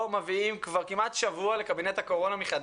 כבר כמעט שבוע שלא מביאים לקבינט הקורונה את